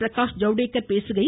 பிரகாஷ் ஜவ்தேக்கர் பேசுகையில்